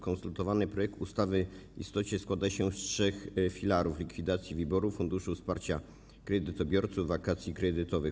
Konsultowany projekt ustawy w istocie składa się z trzech filarów: likwidacji WIBOR, Funduszu Wsparcia Kredytobiorców i wakacji kredytowych.